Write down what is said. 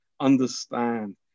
understand